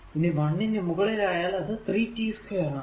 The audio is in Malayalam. ഇനി 1 നു മുകളിൽ അയാൽ അത് 3 t 2 ആണ്